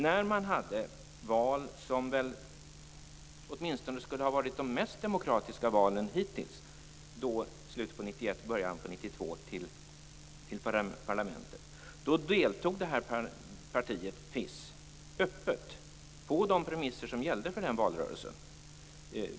När man hade val till parlamentet - som åtminstone skulle ha varit de mest demokratiska valen hittills, i slutet på 1991 och början på 1992 - deltog partiet FIS öppet på de premisser som gällde för den valrörelsen.